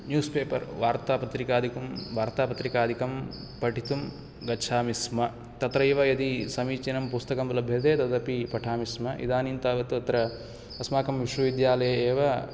news paper वार्तापत्रिकादिकं वार्तापत्रिकादिकं पठितुं गच्छामि स्म तत्रैव यदि समीचीनं पुस्तकं लभ्यते तदपि पठामि स्म इदानीं तावत् तत्र अस्माकं विश्वविद्यालये एव